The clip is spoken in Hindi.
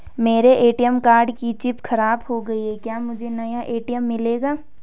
मेरे ए.टी.एम कार्ड की चिप खराब हो गयी है क्या मुझे नया ए.टी.एम मिलेगा?